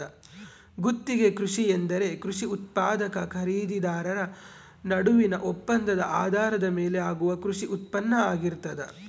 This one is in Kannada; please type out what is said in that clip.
ಗುತ್ತಿಗೆ ಕೃಷಿ ಎಂದರೆ ಕೃಷಿ ಉತ್ಪಾದಕ ಖರೀದಿದಾರ ನಡುವಿನ ಒಪ್ಪಂದದ ಆಧಾರದ ಮೇಲೆ ಆಗುವ ಕೃಷಿ ಉತ್ಪಾನ್ನ ಆಗಿರ್ತದ